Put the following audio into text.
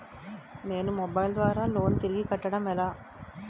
నేను మొబైల్ ద్వారా లోన్ తిరిగి కట్టడం ఎలా?